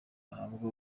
bahabwa